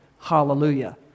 Hallelujah